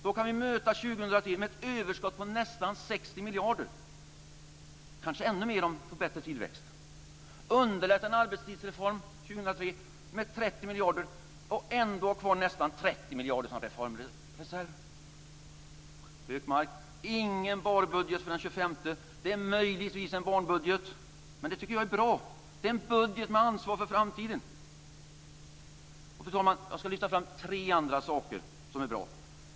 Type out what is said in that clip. Då kan vi möta 2003 med ett överskott på nästan 60 miljarder, kanske ännu mer om vi får bättre tillväxt. Vi kan underlätta en arbetstidsreform år 2003 med 30 miljarder och ändå ha kvar nästan 30 miljarder som reformreserv. Hökmark, det är ingen barbudget för den 25, möjligtvis en barnbudget, men det tycker jag är bra. Det är en budget med ansvar för framtiden. Fru talman! Jag ska lyfta fram tre andra saker som är bra.